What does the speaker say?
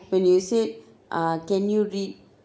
when you said ah can you read